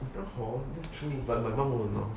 hor that's true but my mum won't allow